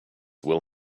will